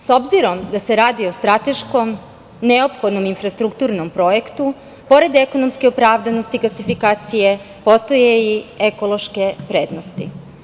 S obzirom da se radi o strateškom neophodnom infrastrukturnom projektu, pored ekonomske opravdanosti gasifikacije, postoje i ekološke prednosti.